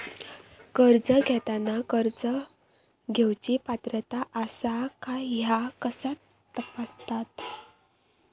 कर्ज घेताना कर्ज घेवची पात्रता आसा काय ह्या कसा तपासतात?